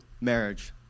marriage